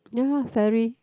ya ferry